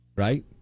Right